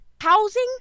housing